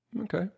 Okay